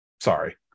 Sorry